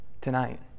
tonight